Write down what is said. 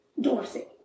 Dorsey